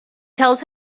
tells